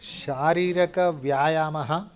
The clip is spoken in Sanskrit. शारीरिकव्यायामः